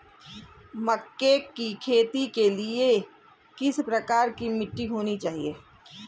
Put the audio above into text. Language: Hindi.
मक्के की खेती के लिए किस प्रकार की मिट्टी होनी चाहिए?